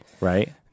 Right